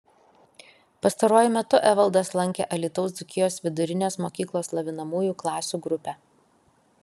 pastaruoju metu evaldas lankė alytaus dzūkijos vidurinės mokyklos lavinamųjų klasių grupę